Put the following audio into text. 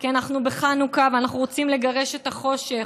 כי אנחנו בחנוכה ואנחנו רוצים לגרש את החושך.